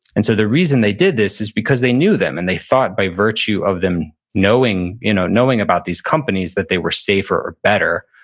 and so the reason they did this is because they knew them, and they thought by virtue of them knowing you know knowing about these companies that they were safer or better.